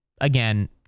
Again